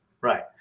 Right